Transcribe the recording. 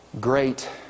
great